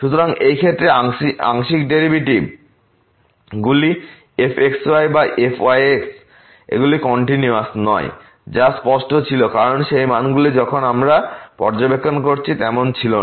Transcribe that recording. সুতরাং এই ক্ষেত্রে আংশিক ডেরিভেটিভ গুলি fxy বা fyx এগুলি কন্টিনিউয়াস নয় যা স্পষ্ট ছিল কারণ সেই মানগুলি যেমন আমরা পর্যবেক্ষণ করেছি তেমন ছিল না